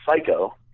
psycho